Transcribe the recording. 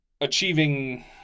achieving